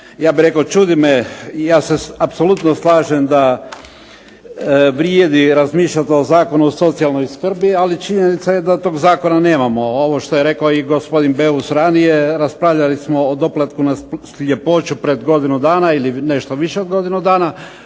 ja bih rekao čudi me i ja se apsolutno slažem da vrijedi razmišljati o Zakonu o socijalnoj skrbi ali činjenica je da tog zakona nemamo, ovo što je rekao i gospodin Beus ranije raspravljali smo o doplatku na sljepoću pred godinu dana ili nešto više od godinu dana